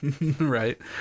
Right